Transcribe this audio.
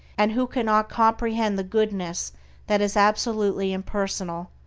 and who cannot comprehend the goodness that is absolutely impersonal,